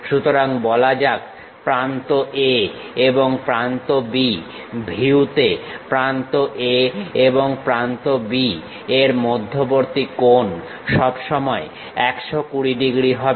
সুতরাং বলা যাক প্রান্ত A এবং প্রান্ত B ভিউতে প্রান্ত A এবং প্রান্ত B এর মধ্যবর্তী কোণ সব সময় 120 ডিগ্রী হবে